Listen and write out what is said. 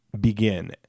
begin